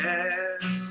Yes